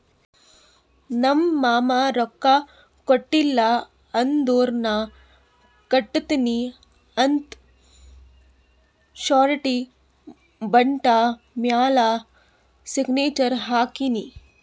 ನಮ್ ಮಾಮಾ ರೊಕ್ಕಾ ಕೊಟ್ಟಿಲ್ಲ ಅಂದುರ್ ನಾ ಕಟ್ಟತ್ತಿನಿ ಅಂತ್ ಶುರಿಟಿ ಬಾಂಡ್ ಮ್ಯಾಲ ಸಿಗ್ನೇಚರ್ ಹಾಕಿನಿ